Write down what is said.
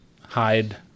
hide